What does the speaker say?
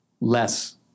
less